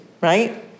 Right